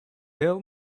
tell